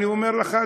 אני אומר לך,